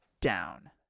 down